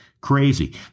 crazy